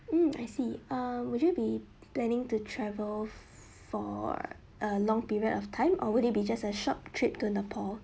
mm I see uh would you be planning to travel for a long period of time or would it be just a short trip to nepal